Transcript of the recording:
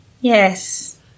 Yes